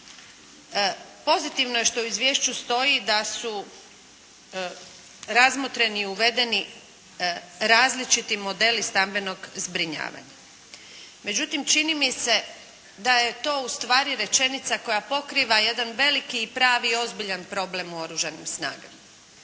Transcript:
Pozitivno je što u izvješću stoji da su razmotreni i uvedeni različiti modeli stambenog zbrinjavanja. Međutim, čini mi se da je to ustvari rečenica koja pokriva jedan veliki i pravi i ozbiljan problem u Oružanim snagama.